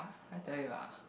I tell you ah